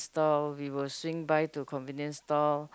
store we will swing by to convenient store